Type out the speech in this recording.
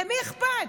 למי אכפת?